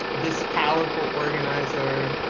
this powerful organizer,